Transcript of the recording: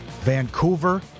Vancouver